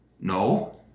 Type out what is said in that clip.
No